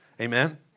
amen